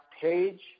page